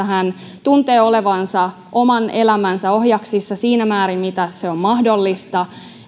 hän tuntee olevansa oman elämänsä ohjaksissa siinä määrin kuin se on mahdollista